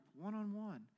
one-on-one